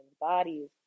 bodies